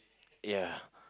ya